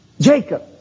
Jacob